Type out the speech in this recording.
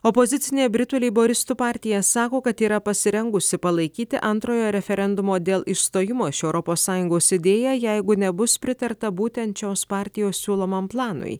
opozicinė britų leiboristų partija sako kad yra pasirengusi palaikyti antrojo referendumo dėl išstojimo iš europos sąjungos idėją jeigu nebus pritarta būtent šios partijos siūlomam planui